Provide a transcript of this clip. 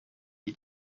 iyi